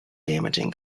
damaging